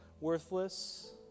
worthless